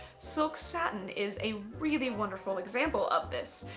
silk satin is a really wonderful example of this.